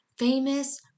famous